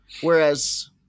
Whereas